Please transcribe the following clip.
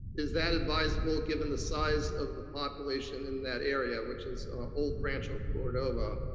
is that advisable given the size of the population in that area, which is old rancho cordova,